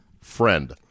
friend